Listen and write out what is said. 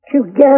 Together